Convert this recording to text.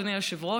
אדוני היושב-ראש,